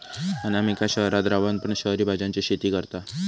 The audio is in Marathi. अनामिका शहरात रवान पण शहरी भाज्यांची शेती करता